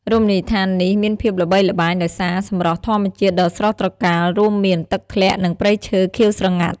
រមណីយដ្ឋាននេះមានភាពល្បីល្បាញដោយសារសម្រស់ធម្មជាតិដ៏ស្រស់ត្រកាល រួមមាន ទឹកធ្លាក់ និង ព្រៃឈើខៀវស្រងាត់។